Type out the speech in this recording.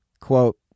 Quote